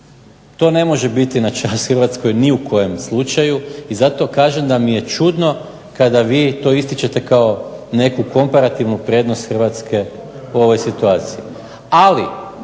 To ne može biti na čast Hrvatskoj ni u kojem slučaju. I zato kažem da mi je čudno kada vi to ističete kao neku komparativnu prednost Hrvatske u ovoj situaciji.